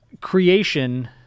creation